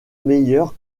meilleur